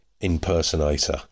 impersonator